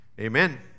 amen